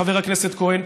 חבר הכנסת כהן,